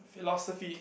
philosophy